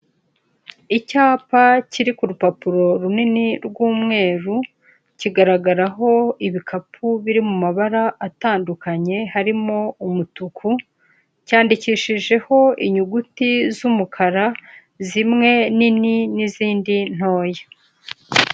Icyapa kiri ku rupapuro runini rw'umweru, kigaragaraho ibikapu biri mu mabara atandukanye harimo umutuku, cyandikishijeho inyuguti z'umukara zimwe nini n'izindi ntoya.